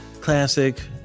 classic